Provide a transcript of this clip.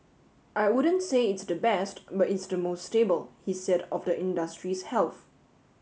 I wouldn't say it's the best but it's the most stable he said of the industry's health